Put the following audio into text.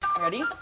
Ready